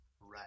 Right